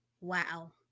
wow